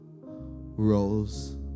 rolls